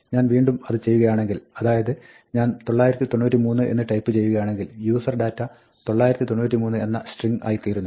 ഞാൻ വീണ്ടും അത് ചെയ്യുകയാണെങ്കിൽ അതായത് ഞാൻ 993 എന്ന് ടൈപ്പ് ചെയ്യുകയാണെങ്കിൽ userdata "993" എന്ന സ്ട്രിങ്ങ് ആയിത്തീരുന്നു